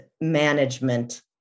management